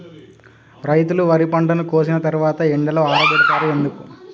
రైతులు వరి పంటను కోసిన తర్వాత ఎండలో ఆరబెడుతరు ఎందుకు?